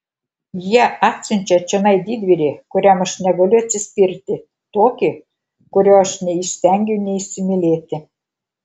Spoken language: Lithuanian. jie atsiunčia čionai didvyrį kuriam aš negaliu atsispirti tokį kurio aš neįstengiu neįsimylėti